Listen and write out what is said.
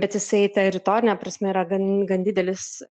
bet jisai teritorine prasme yra gan gan didelis